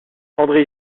andré